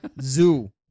Zoo